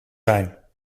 zijn